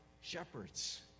shepherds